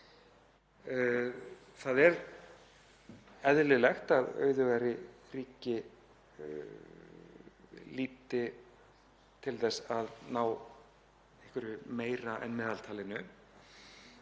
Það er eðlilegt að auðugri ríki líti til þess að ná einhverju meira en meðaltalinu